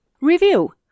Review